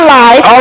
life